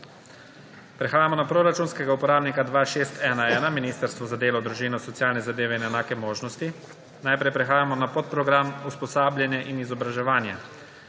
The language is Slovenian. Prehajamo na proračunskega uporabnika 2611 Ministrstvo za delo, družino, socialne zadeve in enake možnosti. Najprej prehajamo na podprogram Usposabljanje in izobraževanje.